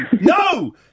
no